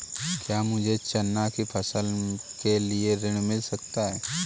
क्या मुझे चना की फसल के लिए ऋण मिल सकता है?